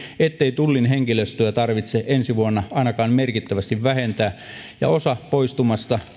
ettei tullin henkilöstöä tarvitse ensi vuonna ainakaan merkittävästi vähentää ja että osan poistumasta